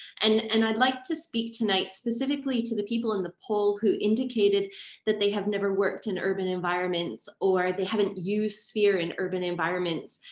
and and i'd like to speak tonight specifically specifically to the people in the poll who indicated that they have never worked in urban environments or they haven't used sphere in urban environments.